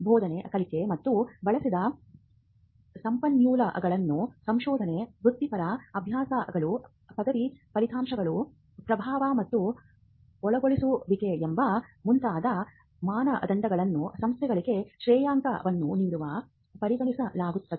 ಬೋಧನೆ ಕಲಿಕೆ ಮತ್ತು ಬಳಸಿದ ಸಂಪನ್ಮೂಲಗಳು ಸಂಶೋಧನೆ ವೃತ್ತಿಪರ ಅಭ್ಯಾಸಗಳು ಪದವಿ ಫಲಿತಾಂಶಗಳು ಪ್ರಭಾವ ಮತ್ತು ಒಳಗೊಳ್ಳುವಿಕೆ ಎಂಬ ಮುಂತಾದ ಮಾನದಂಡಗಳನ್ನು ಸಂಸ್ಥೆಗಳಿಗೆ ಶ್ರೇಯಾಂಕವನ್ನು ನೀಡುವಾಗ ಪರಿಗಣಿಸಲಾಗುತ್ತದೆ